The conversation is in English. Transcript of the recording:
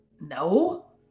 No